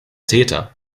täter